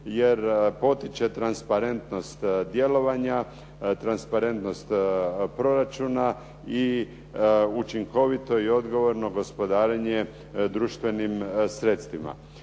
jer potiče transparentnost djelovanja, transparentnost proračuna i učinkovito i odgovorno gospodarenje društvenim sredstvima.